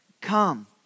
Come